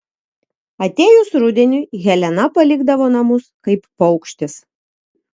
atėjus rudeniui helena palikdavo namus kaip paukštis